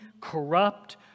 corrupt